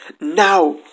Now